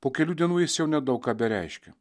po kelių dienų jis jau nedaug ką bereiškia